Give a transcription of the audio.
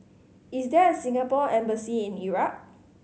is there a Singapore Embassy in Iraq